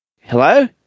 hello